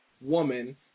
woman